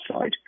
side